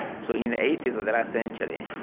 so, in the eighty s of the last century,